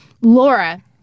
Laura